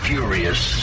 Furious